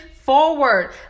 forward